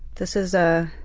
this is. ah